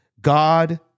God